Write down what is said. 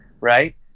right